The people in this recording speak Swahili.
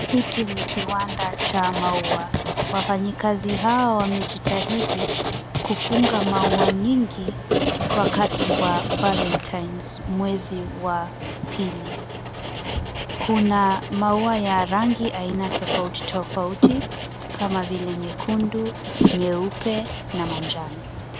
Hiki ni kiwanda cha maua. Wafanyikazi hawa wamejitahidi kufunga maua nyingi wakati wa valentines mwezi wa pili. Kuna maua ya rangi aina tofauti tofauti kama vile mekundu, meupe na manjano.